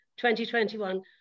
2021